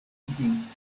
digging